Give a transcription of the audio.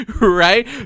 Right